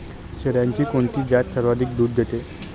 शेळ्यांची कोणती जात सर्वाधिक दूध देते?